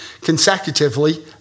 Consecutively